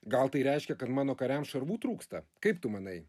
gal tai reiškia kad mano kariams šarvų trūksta kaip tu manai